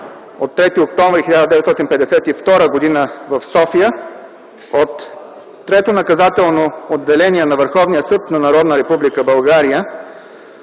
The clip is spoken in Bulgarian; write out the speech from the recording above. от 3 октомври 1952 г. в София от Трето наказателно отделение на Върховния